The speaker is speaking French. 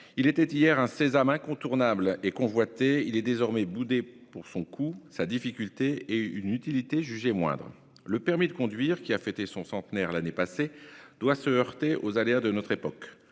il était hier un sésame incontournable et convoité ; il est désormais boudé pour son coût, sa difficulté et une utilité jugée moindre. Le permis de conduire, qui a fêté son centenaire l'année passée, se heurte aux aléas de notre époque.